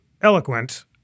eloquent